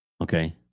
okay